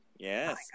Yes